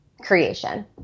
creation